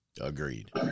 Agreed